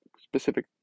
specific